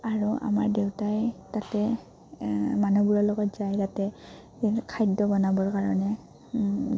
আৰু আমাৰ দেউতাই তাতে মানুহবোৰৰ লগত যায় তাতে খাদ্য বনাবৰ কাৰণে